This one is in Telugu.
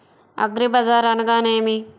అగ్రిబజార్ అనగా నేమి?